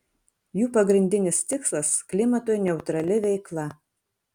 jų pagrindinis tikslas klimatui neutrali veikla